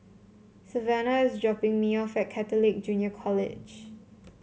Savanah is dropping me off at Catholic Junior College